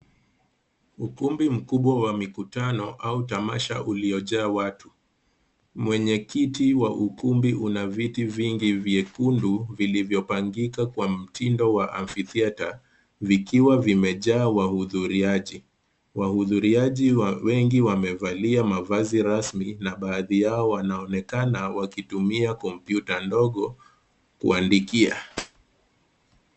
Ukumbi mkubwa wa mikutano au tamasha uliojaa watu. Mwenye kiti wa ukumbi una viti vingi vyekundu vilivyopangika kwa mtindo wa amphitheatre vikiwa vimejaa wahudhuriaji. Wahudhuriaji wengi wamevalia mavazi rasmi na baadhi yao wanaonekana wakitumia kompyuta ndogo kuandikia.